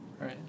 Right